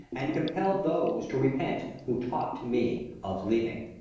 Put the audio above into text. and compel those to repent who talk to me of leaving.